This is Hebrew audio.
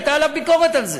הייתה עליו ביקורת על זה.